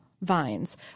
vines